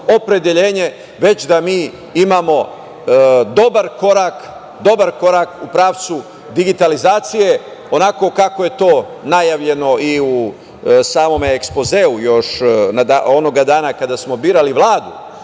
već da mi imamo dobar korak u pravcu digitalizacije, onako kako je to najavljeno i u samom ekspozeu još onoga dana kada smo birali